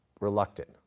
reluctant